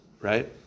Right